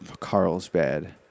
Carlsbad